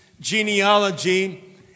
genealogy